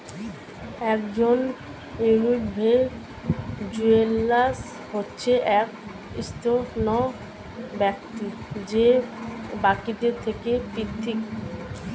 একজন ইন্ডিভিজুয়াল হচ্ছে এক স্বতন্ত্র ব্যক্তি যে বাকিদের থেকে পৃথক